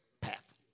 path